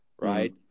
Right